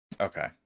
okay